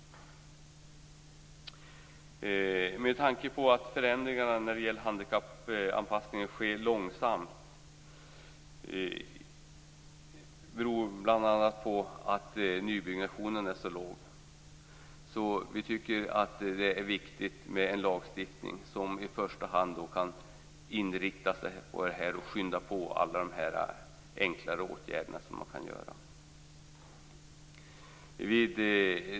Med tanke på att förändringar som gäller handikappanpassningar sker långsamt - bl.a. beroende på att nybyggnationen är så liten - är det viktigt med en lagstiftning som i första hand inriktar sig på att skynda på alla de enkla åtgärder man kan vidta.